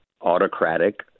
autocratic